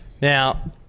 Now